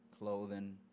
clothing